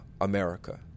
America